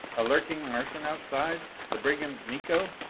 a lurking martian outside? the brigand, miko?